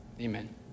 Amen